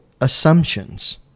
assumptions